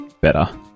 better